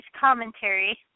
commentary